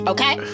Okay